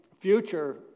future